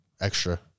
extra